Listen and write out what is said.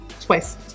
twice